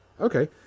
okay